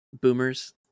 boomers